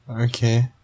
okay